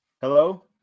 Hello